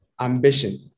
ambition